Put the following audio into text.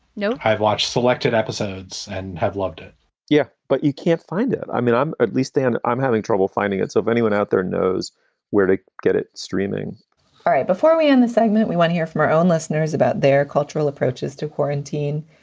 no. i've watched selected episodes and have loved it yeah, but you can't find it. i mean, i'm at least and i'm having trouble finding it. so if anyone out there knows where to get it streaming all right. before we end the segment, we want hear from our own listeners about their cultural approaches to quarantine.